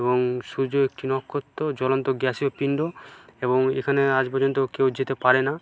এবং সূর্য একটি নক্ষত্র জ্বলন্ত গ্যাসীয় পিণ্ড এবং এখানে আজ পর্যন্ত কেউ যেতে পারে না